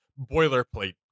boilerplate